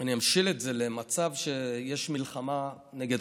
אני אמשיל את זה למצב שיש מלחמה נגד